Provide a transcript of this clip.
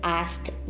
asked